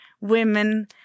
women